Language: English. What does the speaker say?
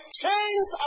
chains